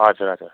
हजुर हजुर